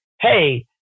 hey